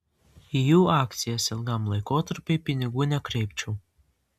į jų akcijas ilgam laikotarpiui pinigų nekreipčiau